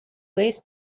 waste